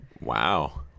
Wow